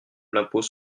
l’impôt